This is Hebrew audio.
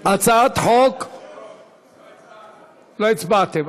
לא הצבענו,